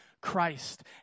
Christ